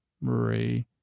Marie